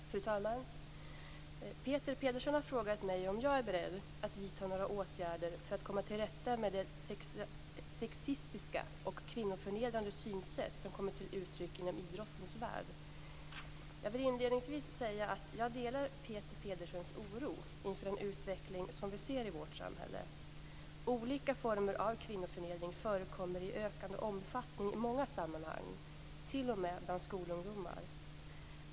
Fru talman! Peter Pedersen har frågat mig om jag är beredd att vidta några åtgärder för att komma till rätta med det sexistiska och kvinnoförnedrande synsätt som kommit till uttryck inom idrottens värld. Jag vill inledningsvis säga att jag delar Peter Pedersens oro inför den utveckling som vi ser i vårt samhälle. Olika former av kvinnoförnedring förekommer i ökande omfattning i många sammanhang, t.o.m. bland skolungdomar.